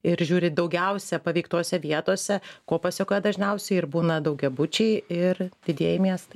ir žiūri daugiausia paveiktose vietose ko pasekoje dažniausiai ir būna daugiabučiai ir didieji miestai